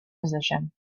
position